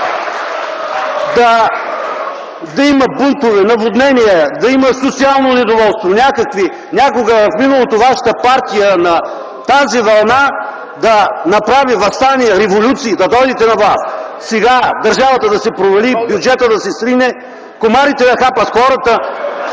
Да има бунтове, наводнения, да има социално недоволство. Някога в миналото вашата партия на тази вълна да направи въстания, революции, да дойдете на власт. Сега държавата да се провали и бюджета да се срине, комарите да хапят хората